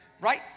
Right